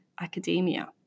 academia